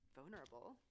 vulnerable